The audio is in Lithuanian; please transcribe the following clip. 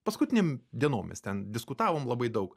paskutinėm dienom jis ten diskutavom labai daug